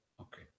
Okay